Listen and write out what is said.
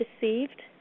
deceived